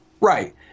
Right